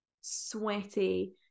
sweaty